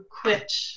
quit